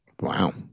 Wow